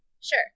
sure